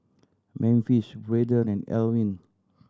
Memphis Braiden and Alwin